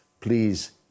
please